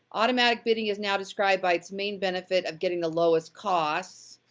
automatic bidding is now described by its main benefit of getting the lowest costs,